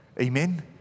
Amen